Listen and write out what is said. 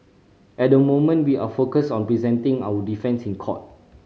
at the moment we are focused on presenting our defence in court